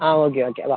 ആ okay okay വാ